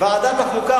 ועדת החוקה,